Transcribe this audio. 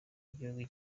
igihugu